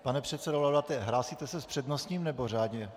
Pane předsedo Laudáte, hlásíte se s přednostním, nebo řádně?